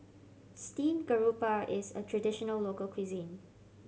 steamed garoupa is a traditional local cuisine